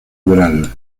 liberal